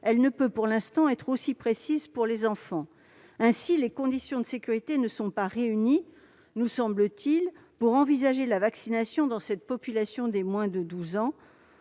elle ne peut, pour l'instant, être aussi précise pour les enfants. » Ainsi, les conditions de sécurité ne sont pas réunies, nous semble-t-il, pour envisager la vaccination de la population des moins de 12 ans.